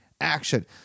action